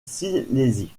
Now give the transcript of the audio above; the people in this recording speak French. silésie